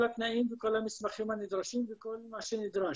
התנאים ובכל המסמכים הנדרשים ובכל מה שנדרש.